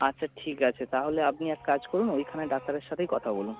আচ্ছা ঠিক আছে তাহলে আপনি এক কাজ করুন ওইখানে ডাক্তারের সাথেই কথা বলুন